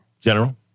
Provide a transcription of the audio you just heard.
General